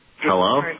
Hello